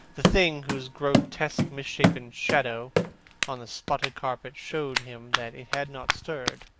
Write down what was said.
the thing whose grotesque misshapen shadow on the spotted carpet showed him that it had not stirred,